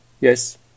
Yes